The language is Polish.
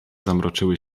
zamroczyły